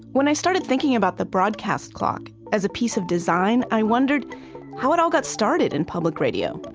when i started thinking about the broadcast clock as a piece of design. i wondered how it all got started in public radio.